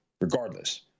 regardless